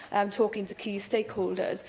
um talking to key stakeholders.